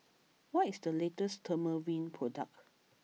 what is the latest Dermaveen product